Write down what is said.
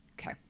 Okay